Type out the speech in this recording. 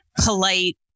polite